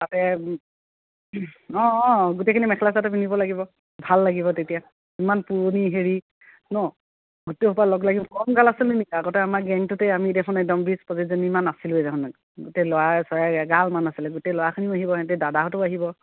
তাতে অঁ অঁ গোটেইখিনি মেখেলা চাদৰ পিন্ধিব লাগিব ভাল লাগিব তেতিয়া ইমান পুৰণি হেৰি নহ্ গোটেইসোপা লগ লাগিব কম গাল আছিলো নেকি আগতে আমাৰ গেংটোতে আমি দেখোন একদম বিছ পছিছজনীমান আছিলোঁৱে দেখোন গোটেই ল'ৰাই চৰাই এগালমান আছিলে গোটেই ল'ৰাখিনিও আহিব সিহঁতে দাদাহঁতো আহিব